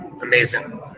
amazing